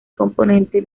componente